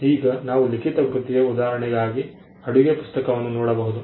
ಈಗ ನಾವು ಲಿಖಿತ ಕೃತಿಯ ಉದಾಹರಣೆಯಾಗಿ ಅಡುಗೆ ಪುಸ್ತಕವನ್ನು ನೋಡಬಹುದು